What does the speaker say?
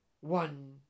One